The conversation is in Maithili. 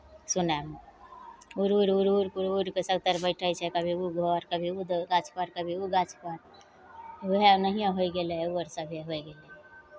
सुनयमे उड़ि उड़ि उड़ि उड़ि उड़ि उड़ि कऽ सभतरि बैठै छै कभी ओ घर कभी ओ गाछपर कभी ओ गाछपर उएह नहिए होइ गेलै ओ अर सभी रहि गेलै